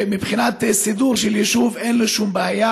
שמבחינת סידור של יישוב אין לו שום בעיה.